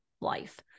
life